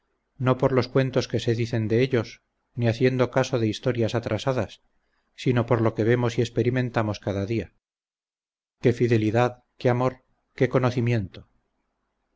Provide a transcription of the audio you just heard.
no por los cuentos que se dicen de ellos ni haciendo caso de historias atrasadas sino por lo que vemos y experimentamos cada día qué fidelidad qué amor qué conocimiento